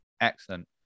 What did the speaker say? Excellent